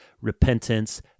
repentance